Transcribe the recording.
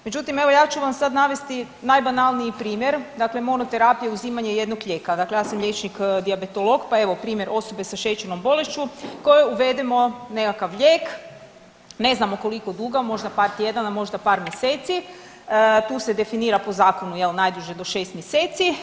Međutim evo ja ću vam sad navesti najbanalniji primjer, dakle monoterapija uzimanje jednog lijeka, dakle ja sam liječnik dijabetolog pa evo primjer osobe sa šećernom bolešću kojoj uvedemo nekakav lijek, ne znamo koliko dugo, možda par tjedana, možda par mjeseci, tu se definira po zakonu jel najduže do 6 mjeseci.